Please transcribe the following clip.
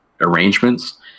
arrangements